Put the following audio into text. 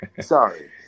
Sorry